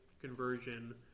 conversion